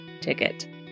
ticket